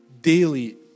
daily